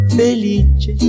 felice